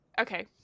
Okay